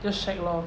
just shag lor